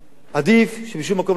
עדיף שבשום מקום לא יגבו כסף,